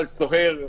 סוהר,